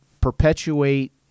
perpetuate